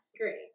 Great